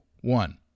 one